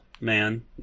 man